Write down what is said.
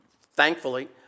thankfully